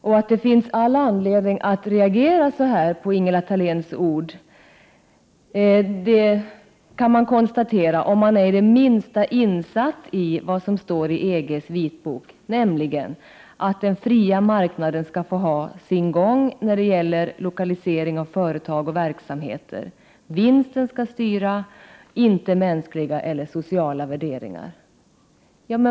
Om man är det minsta insatt i vad som står i EG:s vitbok, finns det all ” anledning att reagera över Ingela Thaléns svar. Enligt vitboken skall den fria marknaden få ha sin gång när det gäller lokalisering av företag och verksamheter. Vinsten skall styra, inte mänskliga eller sociala värderingar.